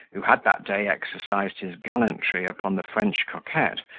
who had that day exercised his gallantry upon the french coquette,